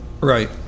Right